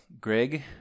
Greg